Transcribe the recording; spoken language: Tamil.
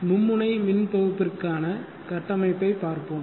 மும்முனை மின் தொகுப்பிற்கான கட்டமைப்பை பார்ப்போம்